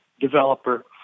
developer